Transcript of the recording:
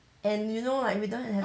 and you know like we don't have